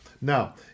Now